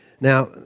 Now